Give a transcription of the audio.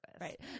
Right